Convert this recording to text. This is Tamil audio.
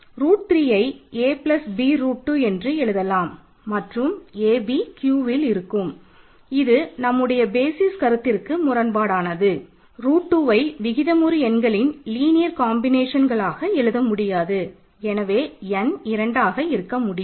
ரூட் எழுத முடியாது எனவே n இரண்டாக இருக்க முடியாது